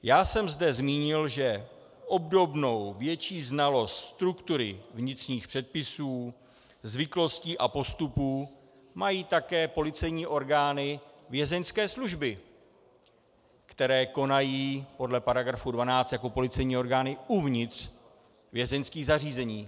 Já jsem zde zmínil, že obdobnou větší znalost struktury, vnitřních předpisů, zvyklostí a postupů mají také policejní orgány Vězeňské služby, které konají podle § 12 jako policejní orgány uvnitř vězeňských zařízení.